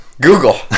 Google